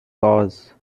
cause